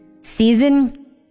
season